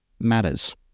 matters